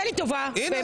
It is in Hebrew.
מתן, תעשה לי טובה, באמת.